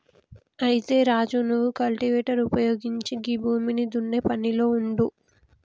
అయితే రాజు నువ్వు కల్టివేటర్ ఉపయోగించి గీ భూమిని దున్నే పనిలో ఉండు